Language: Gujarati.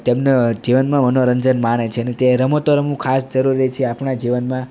તેમના જીવનમાં મનોરંજન માણે છે ને તે રમતો રમવું ખાસ જરૂરી છે આપણા જીવનમાં